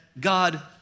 God